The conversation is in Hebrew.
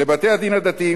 לבתי-הדין הדתיים,